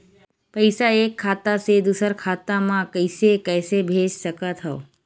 पईसा एक खाता से दुसर खाता मा कइसे कैसे भेज सकथव?